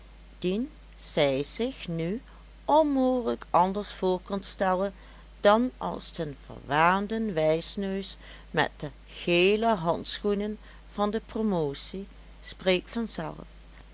dien zij zich nu onmogelijk anders voor kon stellen dan als den verwaanden wijsneus met de gele handschoenen van de promotie spreekt vanzelf